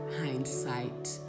hindsight